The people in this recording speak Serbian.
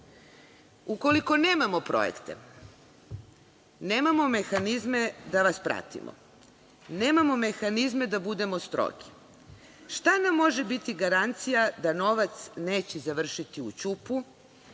nemamo projekte, nemamo mehanizme da vas pratimo. Nemamo mehanizme da budemo strogi. Šta nam može biti garancija da novac neće završiti u ćupu